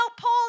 Paul